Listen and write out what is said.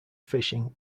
fishing